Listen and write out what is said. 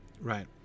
right